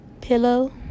pillow